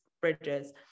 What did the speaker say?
bridges